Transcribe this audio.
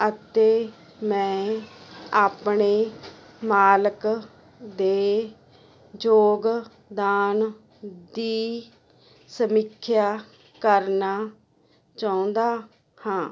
ਅਤੇ ਮੈਂ ਆਪਣੇ ਮਾਲਕ ਦੇ ਯੋਗਦਾਨ ਦੀ ਸਮੀਖਿਆ ਕਰਨਾ ਚਾਹੁੰਦਾ ਹਾਂ